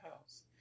house